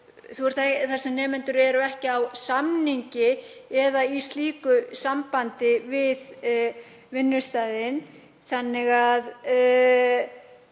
sem nemendur eru ekki á samningi eða í slíku sambandi við vinnustaðinn. Ég tel að